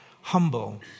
humble